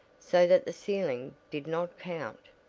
so that the ceiling did not count.